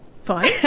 fine